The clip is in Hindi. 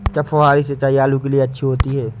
क्या फुहारी सिंचाई आलू के लिए अच्छी होती है?